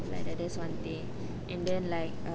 whether this one day and then like